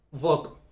work